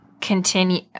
continue